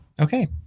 okay